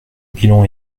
bilan